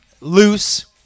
Loose